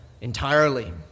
entirely